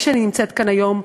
כשאני נמצאת כאן היום,